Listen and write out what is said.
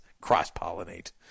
Cross-pollinate